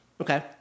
okay